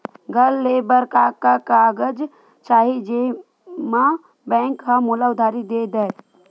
घर ले बर का का कागज चाही जेम मा बैंक हा मोला उधारी दे दय?